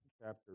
Chapter